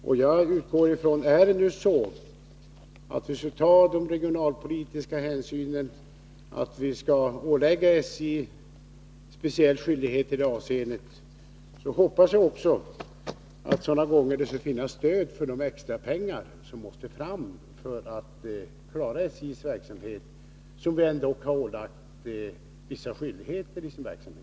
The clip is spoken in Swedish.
Om vi skulle ta regionalpolitiska hänsyn och ålägga SJ speciell skyldighet i det avseendet, hoppas jag att det skall finnas stöd för den utbetalning av extra pengar som då måste ske för att SJ skall kunna klara sin verksamhet — SJ har dock ålagts vissa skyldigheter i sin verksamhet.